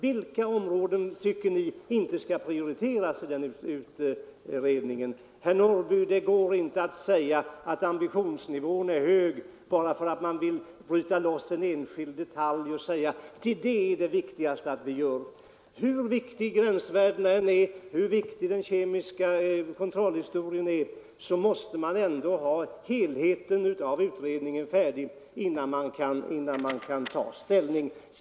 Vilka områden tycker ni inte bör prioriteras i utredningen? Det går inte att säga, herr Norrby, att ambitionsnivån är hög bara därför att man vill bryta loss en detalj och ange att den är viktigast. Hur viktiga gränsvärdena och kontrollerna än är måste man ändå ha hela utredningen färdig innan man kan ta ställning.